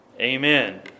Amen